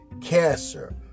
cancer